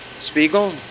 Spiegel